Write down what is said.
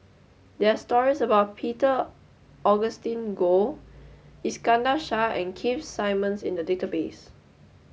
there are stories about Peter Augustine Goh Iskandar Shah and Keith Simmons in the database